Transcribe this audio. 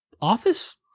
Office